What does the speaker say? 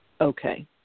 okay